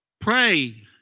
Pray